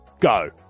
Go